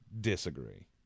Disagree